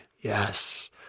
Yes